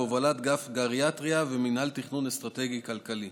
בהובלת אגף הגריאטריה ומינהל תכנון אסטרטגי כלכלי.